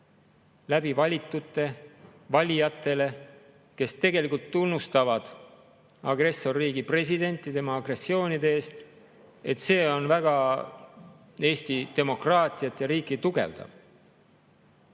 läbi valitute valijatele, kes tegelikult tunnustavad agressorriigi presidenti tema agressioonide eest, tugevdab väga Eesti demokraatiat ja riiki?